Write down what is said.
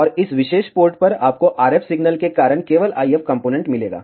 और इस विशेष पोर्ट पर आपको RF सिग्नल के कारण केवल IF कॉम्पोनेन्ट मिलेगा